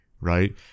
right